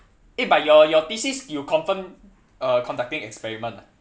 eh but your your thesis you confirm uh conducting experiment ah